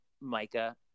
Micah